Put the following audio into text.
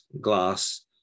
glass